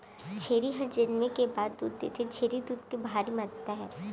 छेरी हर जनमे के बाद दूद देथे, छेरी दूद के भारी महत्ता हे